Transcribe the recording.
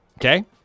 okay